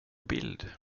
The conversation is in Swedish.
bild